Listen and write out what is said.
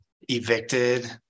evicted